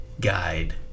guide